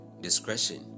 discretion